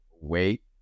wait